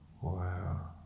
Wow